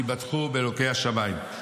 הייתה: כי בטחו באלוקי השמיים.